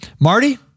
Marty